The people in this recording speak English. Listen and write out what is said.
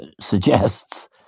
suggests